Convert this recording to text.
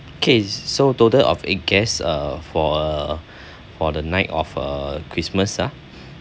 okay so total of eight guests uh for uh for the night of a christmas ah